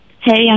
Hey